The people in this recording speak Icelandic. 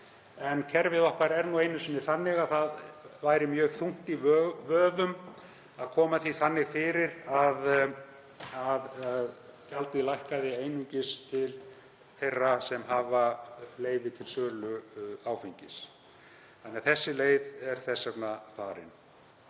En kerfið okkar er nú einu sinni þannig að það væri mjög þungt í vöfum að koma því þannig fyrir að gjaldið lækkaði einungis til þeirra sem hafa leyfi til sölu áfengis þannig að þessi leið er þess vegna farin.